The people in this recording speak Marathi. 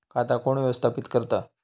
खाता कोण व्यवस्थापित करता?